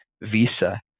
visa